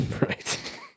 Right